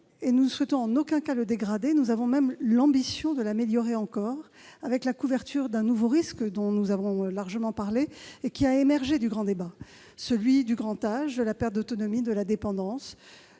et nous ne souhaitons en aucun cas le dégrader ; nous avons même l'ambition de l'améliorer encore, par la couverture d'un nouveau risque dont nous avons largement parlé et qui a émergé du grand débat : celui du grand âge, de la perte d'autonomie et de la dépendance.